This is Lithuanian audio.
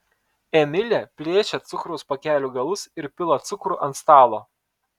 emilė plėšia cukraus pakelių galus ir pila cukrų ant stalo